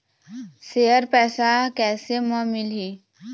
Share पैसा कैसे म मिलही?